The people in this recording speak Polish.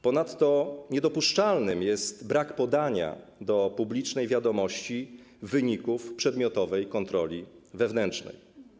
Ponadto niedopuszczalny jest brak podania do publicznej wiadomości wyników przedmiotowej kontroli wewnętrznej.